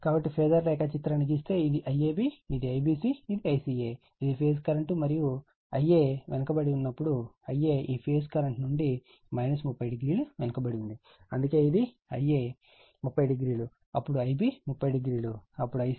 కాబట్టి ఫేజార్ రేఖాచిత్రాన్ని గీస్తే ఇది IAB ఇది IBC ఇది ICA ఇది ఫేజ్ కరెంట్ మరియు Ia వెనుకబడి ఉన్నప్పుడు Ia ఈ ఫేజ్ కరెంట్ నుండి 30o వెనుకబడి ఉంది అందుకే ఇది Ia 30o అప్పుడు Ib 300 అప్పుడు Ic